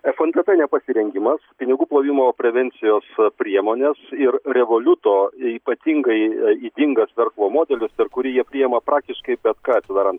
fntt nepasirengimas pinigų plovimo prevencijos priemonės ir revoliuto ypatingai ydingas verslo modelis per kurį jie priima praktiškai bet ką sudarant